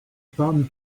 palm